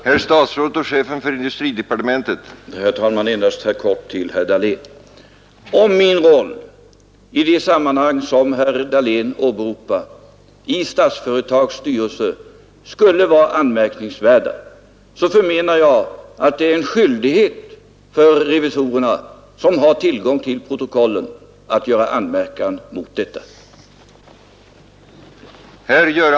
Herr talman! Endast kort till herr Dahlén. Om min roll i de sammanhang som herr Dahlén åberopade i Statsföretags styrelse skulle vara anmärkningsvärd förmenar jag att det är en skyldighet för revisorerna som har tillgång till protokollen att göra anmärkning mot detta.